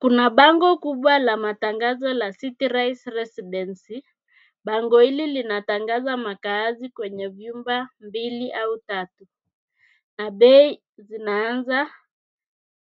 Kuna bango kubwa la matagzo la Cityrice Residents , bango hili linatangaza makahazib kwenye vyumba mbili au tatu na bei zinaanza